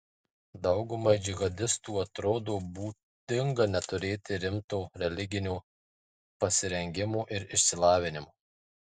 daugumai džihadistų atrodo būdinga neturėti rimto religinio pasirengimo ir išsilavinimo